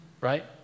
Right